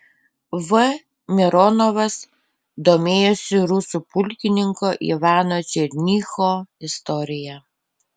v mironovas domėjosi rusų pulkininko ivano černycho istorija